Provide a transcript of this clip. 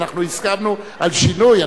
הסכמנו על שינוי.